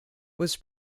was